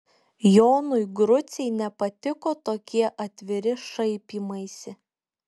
jonui grucei nepatiko tokie atviri šaipymaisi